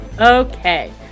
Okay